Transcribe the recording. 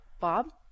Bob